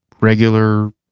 regular